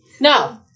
No